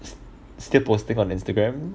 still posting on instagram